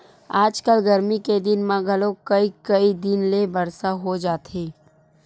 आजकल गरमी के दिन म घलोक कइ कई दिन ले बरसा हो जाथे